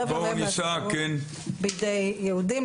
רבע מהם בידי יהודים,